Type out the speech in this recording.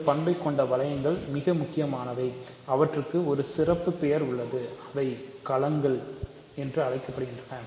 இந்த பணப்பை கொண்ட வளையங்கள் மிக முக்கியமானவை அவற்றுக்கு ஒரு சிறப்பு பெயர் உள்ளது அவை களங்கள் என்று அழைக்கப்படுகின்றன